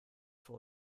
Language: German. für